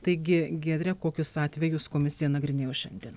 taigi giedre kokius atvejus komisija nagrinėjo šiandien